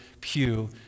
pew